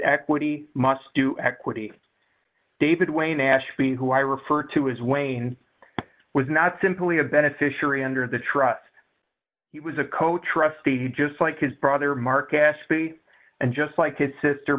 equity must do equity david wayne ashby who i refer to as wayne was not simply a beneficiary under the trust he was a co trustee just like his brother mark s p and just like his sister